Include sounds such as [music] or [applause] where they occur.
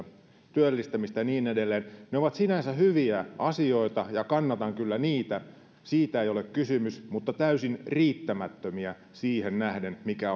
työllistämistä ja niin edelleen ne ovat sinänsä hyviä asioita ja kannatan kyllä niitä siitä ei ole kysymys mutta täysin riittämättömiä siihen nähden mikä [unintelligible]